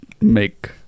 make